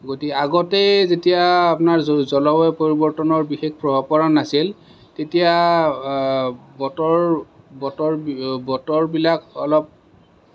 গতি আগতেই যেতিয়া আপোনাৰ জ জলবায়ু পৰিবৰ্তনৰ বিশেষ প্ৰভাৱ পৰা নাছিল তেতিয়া বতৰ বতৰ বতৰবিলাক অলপ